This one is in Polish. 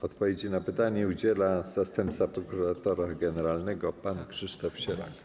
Odpowiedzi na pytanie udziela zastępca prokuratora generalnego pan Krzysztof Sierak.